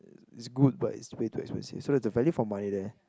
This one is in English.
is is good but is way too expensive so there's the value for money there